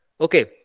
Okay